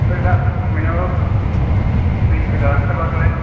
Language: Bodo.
ओमफ्राय दा फुदुंनायाव दै गोजा ओंखारबासोलाय